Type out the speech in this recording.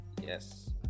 Yes